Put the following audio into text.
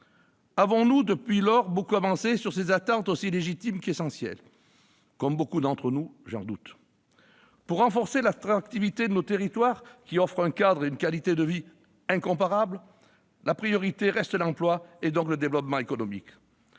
Avons-nous, depuis lors, beaucoup avancé sur ces attentes aussi légitimes qu'essentielles ? Comme beaucoup d'entre nous, j'en doute. Pour renforcer l'attractivité de nos territoires, qui offrent un cadre et une qualité de vie incomparables, la priorité reste l'emploi et donc le développement économique,